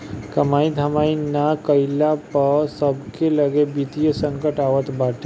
कमाई धमाई नाइ कईला पअ सबके लगे वित्तीय संकट आवत बाटे